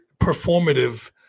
performative